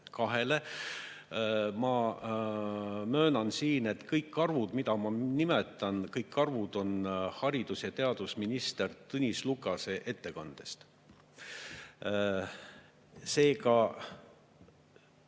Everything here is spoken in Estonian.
432-le. Ma möönan siin, et kõik arvud, mida ma nimetan, on pärit haridus‑ ja teadusminister Tõnis Lukase ettekandest. Seega